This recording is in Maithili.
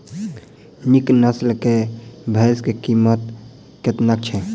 नीक नस्ल केँ भैंस केँ कीमत कतेक छै?